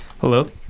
Hello